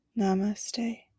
Namaste